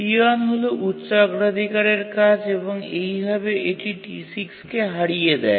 T1 হল উচ্চ অগ্রাধিকারের কাজ এবং এইভাবে এটি T6 কে হারিয়ে দেয়